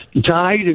died